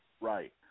Right